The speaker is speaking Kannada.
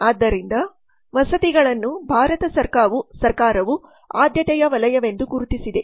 ಆದ್ದರಿಂದ ವಸತಿಗಳನ್ನು ಭಾರತ ಸರ್ಕಾರವು ಆದ್ಯತೆಯ ವಲಯವೆಂದು ಗುರುತಿಸಿದೆ